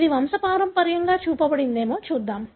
ఇది వంశపారంపర్యంగా చూపబడిందో చూద్దాం